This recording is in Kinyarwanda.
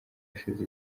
hashize